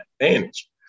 advantage